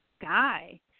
guy